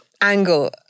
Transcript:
angle